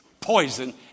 poison